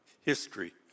history